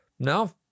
No